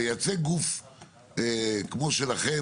לייצג גוף כמו שלכם,